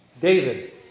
David